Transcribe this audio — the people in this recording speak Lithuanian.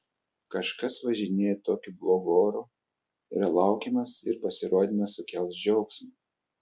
kažkas važinėja tokiu blogu oru yra laukiamas ir pasirodymas sukels džiaugsmą